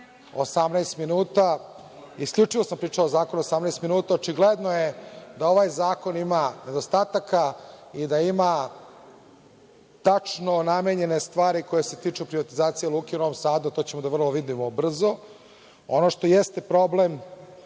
na zakon. Isključivo sam pričao o zakonu 18 minuta. Očigledno je da ovaj zakon ima nedostataka i da ima tačno namenjene stvari koje se tiču privatizacije Luke u Novom Sadu, a to ćemo da vidimo vrlo brzo. Ono što jeste problem